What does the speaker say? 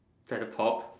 zip the pop